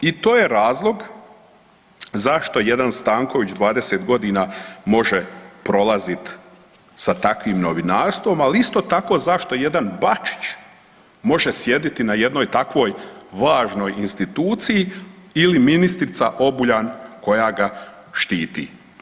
I to je razlog zašto jedan Stanković 20.g. može prolazit sa takvim novinarstvom, ali isto tako zašto jedan Bačić može sjediti na jednoj takvoj važnoj instituciji ili ministrica Obuljan koja ga štiti.